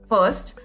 First